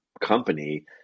company